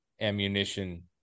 ammunition